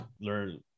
learn